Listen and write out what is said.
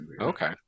Okay